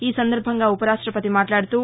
ఈసందర్భంగా ఉపరాష్టపతి మాట్లాడుతూ